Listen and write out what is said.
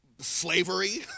Slavery